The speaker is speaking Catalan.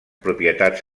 propietats